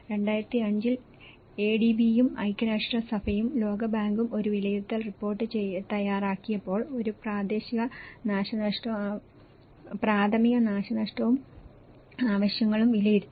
2005 ൽ എഡിബിയും ഐക്യരാഷ്ട്രസഭയും ലോകബാങ്കും ഒരു വിലയിരുത്തൽ റിപ്പോർട്ട് തയ്യാറാക്കിയപ്പോൾ ഒരു പ്രാഥമിക നാശനഷ്ടവും ആവശ്യങ്ങളും വിലയിരുത്തി